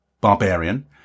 barbarian